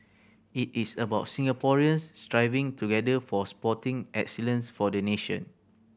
it is about Singaporeans striving together for sporting excellence for the nation